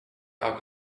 are